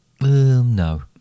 No